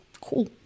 cool